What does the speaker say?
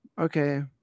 okay